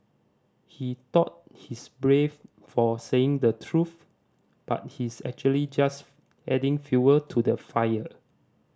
he thought he's brave for saying the truth but he's actually just adding fuel to the fire